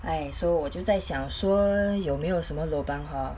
!hais! so 我就在想说有没有什么 lobang hor